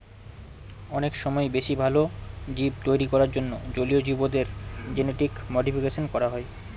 অনেক সময় বেশি ভালো জীব তৈরী করার জন্য জলীয় জীবদের জেনেটিক মডিফিকেশন করা হয়